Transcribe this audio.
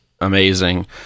amazing